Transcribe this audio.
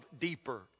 deeper